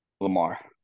Lamar